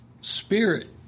spirit